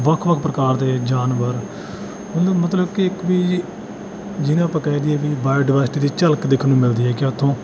ਵੱਖ ਵੱਖ ਪ੍ਰਕਾਰ ਦੇ ਜਾਨਵਰ ਮਲ ਮਤਲਬ ਕਿ ਇੱਕ ਵੀ ਜਿਹਨੂੰ ਆਪਾਂ ਕਹਿ ਦਈਏ ਵੀ ਬਾਇਓਡਵਰਸਿਟੀ ਦੀ ਝਲਕ ਦੇਖਣ ਨੂੰ ਮਿਲਦੀ ਹੈਗੀ ਉੱਥੋਂ